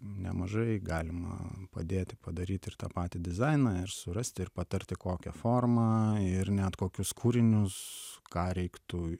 nemažai galima padėti padaryti ir tą patį dizainą ir surasti ir patarti kokią formą ir net kokius kūrinius ką reiktų